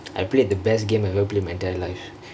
I played the best game I ever played my entire life